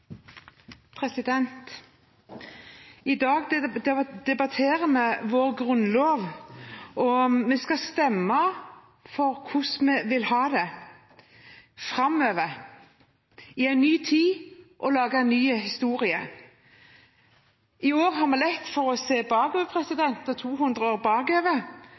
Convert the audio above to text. president, at det Venstre taper i dag, regner vi med at vi vinner om fire år. I dag debatterer vi vår grunnlov. Vi skal stemme over hvordan vi vil ha det framover, i en ny tid, og lage ny historie. I år har vi lett for å se 200 år bakover,